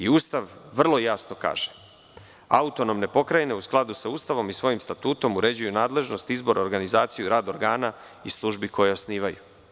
Ustav vrlo jasno kaže: „Autonomne pokrajine u skladu sa Ustavom i svojim statutom uređuju nadležnost, izbor, organizaciju, rad organa i službi koje osnivaju.